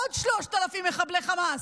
עוד 3,000 מחבלי חמאס.